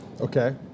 Okay